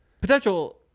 Potential